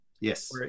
Yes